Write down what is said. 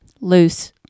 Loose